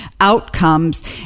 outcomes